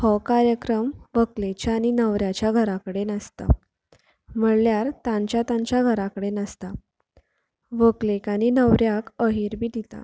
हो कार्यक्रम व्हंकलेच्या आनी न्हवऱ्याच्या घरा कडेन आसता म्हणल्यार तांच्या तांच्या घरा कडेन आसता व्हंकलेक आनी न्हवऱ्याक अहेर बी दितात